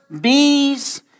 bees